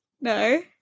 No